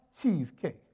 cheesecake